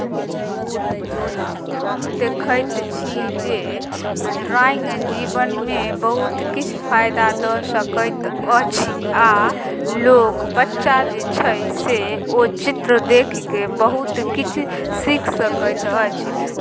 हम देखैत छी जे ड्रॉइंग जीवनमे बहुत किछउ फायदा दऽ सकैत अछि आ लोक बच्चा जे छै से ओ चित्र देखि कऽ बहुत किछु सीख सकैत अछि